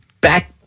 back